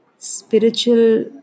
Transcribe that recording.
Spiritual